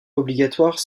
obligatoires